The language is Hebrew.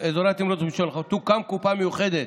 תוקם קופה מיוחדת,